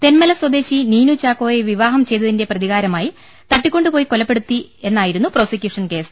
തെന്മല സ്വദേശി നീനു ചാക്കോയെ വിവാഹം ചെയ്തിന്റെ പ്രതി കാരമായി തട്ടിക്കൊണ്ടുപോയി കൊലപ്പെടുത്തി എന്നായിരുന്നു പ്രോസിക്യൂഷൻ കേസ്